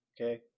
Okay